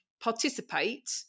participate